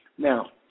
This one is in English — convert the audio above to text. Now